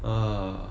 ugh